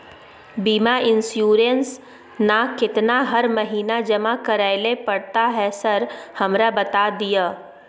बीमा इन्सुरेंस ना केतना हर महीना जमा करैले पड़ता है सर हमरा बता दिय?